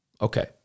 Okay